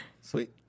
Sweet